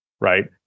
Right